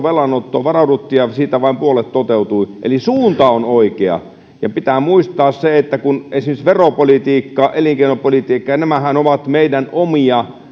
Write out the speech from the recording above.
velanottoon varauduttiin ja siitä vain puolet toteutui eli suunta on oikea ja pitää muistaa se että esimerkiksi veropolitiikka ja elinkeinopolitiikka ovat meidän omia